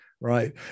right